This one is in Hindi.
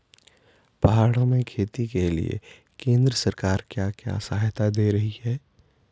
पहाड़ों में खेती के लिए केंद्र सरकार क्या क्या सहायता दें रही है?